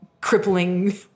crippling